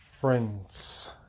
friends